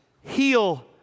heal